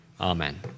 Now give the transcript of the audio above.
Amen